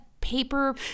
paper